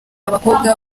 abakobwa